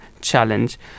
challenge